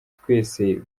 twese